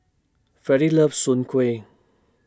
Fredy loves Soon Kueh